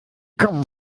kommen